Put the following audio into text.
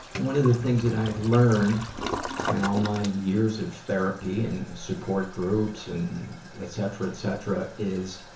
one of the things that i have learned in all my years of therapy and support groups and etcetera, etcetera is